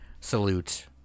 salute